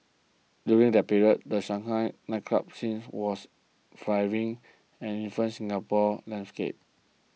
during that period the Shanghai nightclub scene was thriving and it influenced Singapore's landscape